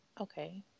Okay